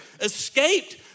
escaped